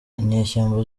inyeshyamba